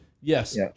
Yes